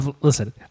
listen